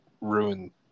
ruin